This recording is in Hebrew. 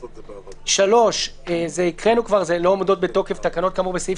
את (3) קראנו כבר: (3)לא עומדות בתוקף תקנות כאמור בסעיף